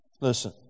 listen